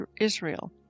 Israel